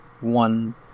one